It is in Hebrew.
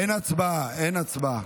אין הצבעה.